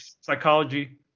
psychology